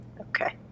Okay